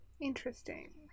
interesting